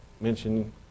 mentioned